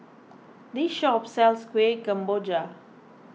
this shop sells Kueh Kemboja